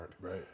Right